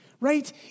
right